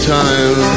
time